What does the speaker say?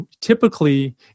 typically